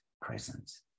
presence